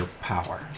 power